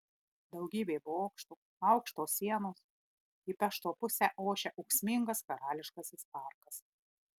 daugybė bokštų aukštos sienos į pešto pusę ošia ūksmingas karališkasis parkas